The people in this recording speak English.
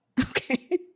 Okay